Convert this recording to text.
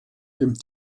dem